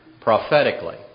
prophetically